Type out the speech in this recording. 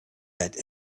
that